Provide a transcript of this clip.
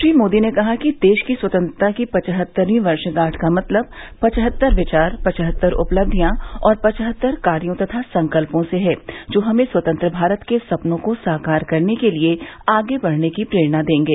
श्री मोदी ने कहा कि देश की स्वतंत्रता की पचहत्तरवीं वर्षगांठ का मतलब पचहत्त विचार पचहत्तर उपलब्धियां और पचहत्तर कार्यो तथा संकल्पों से है जो हमें स्वतंत्र भारत के सपनों को साकार करने के लिए आगे बढ़ने की प्रेरणा देंगे